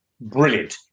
brilliant